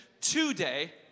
today